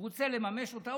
והוא רוצה לממש אותה,